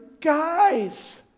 guys